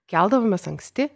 keldavomės anksti